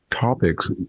topics